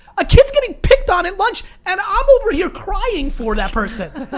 a kid's getting picked on at lunch, and i'm over here crying for that person.